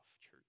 church